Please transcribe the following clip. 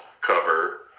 cover